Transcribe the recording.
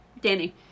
Danny